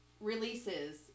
releases